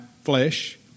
flesh